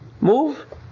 move